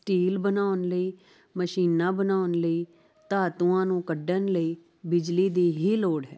steel ਬਣਾਉਣ ਲਈ ਮਸ਼ੀਨਾਂ ਬਣਾਉਣ ਲਈ ਧਾਤੂਆਂ ਨੂੰ ਕੱਢਣ ਲਈ ਬਿਜਲੀ ਦੀ ਹੀ ਲੋੜ ਹੈ